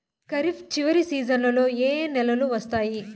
ఖరీఫ్ చివరి సీజన్లలో ఏ ఏ నెలలు వస్తాయి